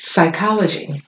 Psychology